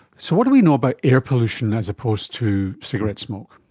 so what do we know about air pollution as opposed to cigarette smoke?